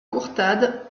courtade